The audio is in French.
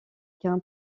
qu’un